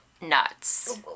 nuts